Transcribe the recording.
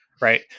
Right